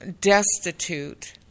destitute